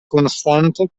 konstante